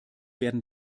werden